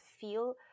feel